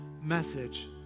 message